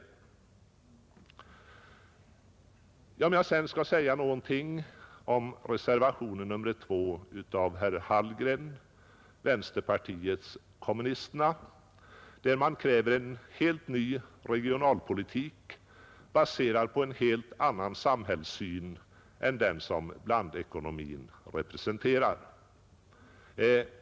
I reservationen 2 av herr Hallgren, vpk, kräver man en helt ny regionalpolitik, baserad på en helt annan samhällssyn än den som blandekonomin representerar.